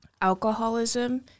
alcoholism